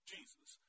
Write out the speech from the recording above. Jesus